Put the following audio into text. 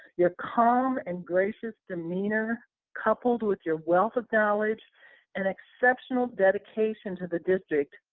your calm and gracious demeanor coupled with your wealth of knowledge and exceptional dedication to the district,